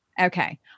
Okay